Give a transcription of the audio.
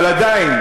אבל עדיין,